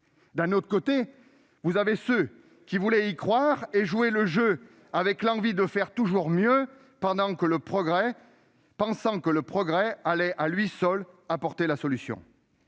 l'autre côté, se tenaient tous ceux qui voulaient y croire et jouer le jeu, avec l'envie de faire toujours mieux en pensant que le progrès allait à lui seul apporter la solution.